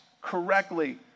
correctly